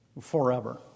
forever